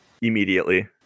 immediately